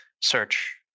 search